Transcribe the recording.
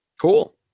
Cool